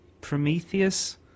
Prometheus